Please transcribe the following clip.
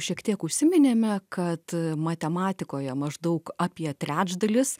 šiek tiek užsiminėme kad matematikoje maždaug apie trečdalis